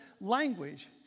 language